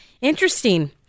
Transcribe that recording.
Interesting